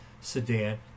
sedan